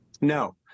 No